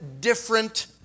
different